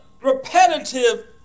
Repetitive